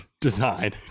design